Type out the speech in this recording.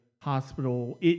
hospital